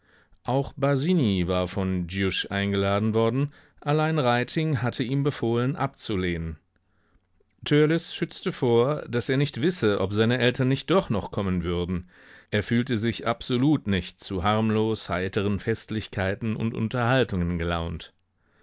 auch basini war von dschjusch eingeladen worden allein reiting hatte ihm befohlen abzulehnen törleß schützte vor daß er nicht wisse ob seine eltern nicht doch noch kommen würden er fühlte sich absolut nicht zu harmlos heiteren festlichkeiten und unterhaltungen gelaunt